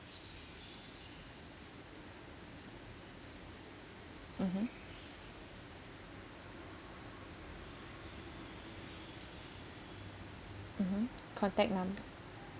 mmhmm mmhmm contact number